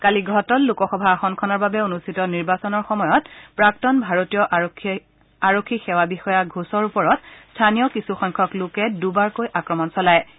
কালি ঘটল লোকসভা আসনখনৰ বাবে অনুষ্ঠিত নিৰ্বাচনৰ সময়ত প্ৰাক্তন ভাৰতীয় আৰক্ষী সেৱা বিষয়া ঘোষৰ ওপৰত স্থানীয় কিছুসংখ্যক লোকে দুবাৰকৈ আক্ৰমণ চলায